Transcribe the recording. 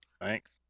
Thanks